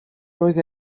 roedd